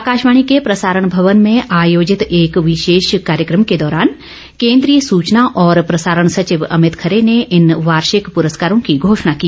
आकाशवाणी के प्रसारण भवन में आयोजित एक विशेष कार्यक्रम के दौरान केन्द्रीय सूचना और प्रसारण सचिव अमित खरे ने इन वार्षिक पुरस्कारो की घोषणा की